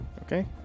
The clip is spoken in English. Okay